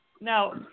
now